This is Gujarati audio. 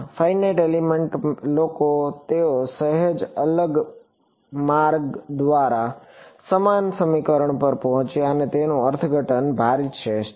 ફાઇનાઇટ એલિમેન્ટ લોકો તેઓ સહેજ અલગ માર્ગ દ્વારા સમાન સમીકરણ પર પહોંચ્યા અને તેમનું અર્થઘટન ભારિત શેષ છે